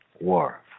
war